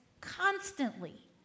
constantly